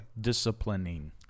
Disciplining